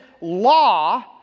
law